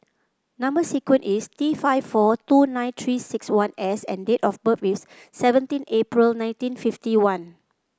number sequence is T five four two nine Three six one S and date of birth is seventeen April nineteen fifty one